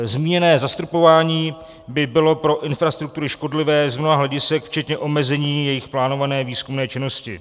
Zmíněné zastropování by bylo pro infrastruktury škodlivé z mnoha hledisek včetně omezení jejich plánované výzkumné činnosti.